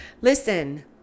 listen